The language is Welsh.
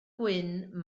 gwyn